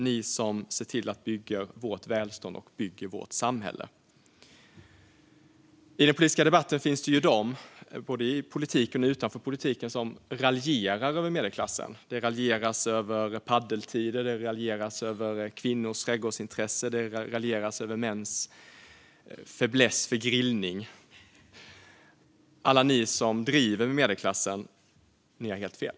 Ni ser till att bygga vårt välstånd och vårt samhälle. I debatten finns de som både utanför och inom politiken raljerar över medelklassen. Det raljeras över padeltider, det raljeras över kvinnors trädgårdsintresse och det raljeras över mäns fäbless för grillning. Alla ni som driver med medelklassen har helt fel.